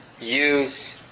use